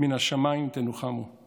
"מן השמיים תנוחמו";